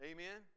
Amen